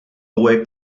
away